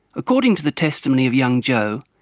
according to the testimony of young joe,